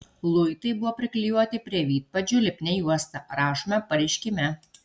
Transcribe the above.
luitai buvo priklijuoti prie vidpadžių lipnia juosta rašoma pareiškime